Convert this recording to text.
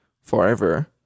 forever